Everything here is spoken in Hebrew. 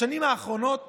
בשנים האחרונות